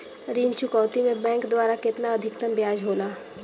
ऋण चुकौती में बैंक द्वारा केतना अधीक्तम ब्याज होला?